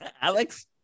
Alex